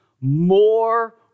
more